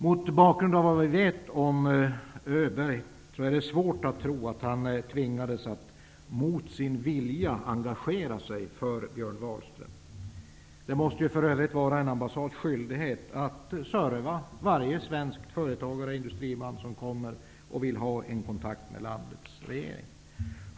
Mot bakgrund av det vi vet om Öberg är det svårt att tro att han mot sin vilja tvingades engagera sig för Björn Wahlström. Det måste för övrigt vara en ambassads skyldighet att serva varje svensk företagare eller industriman som kommer och vill ha en kontakt med landets regering.